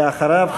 ואחריו,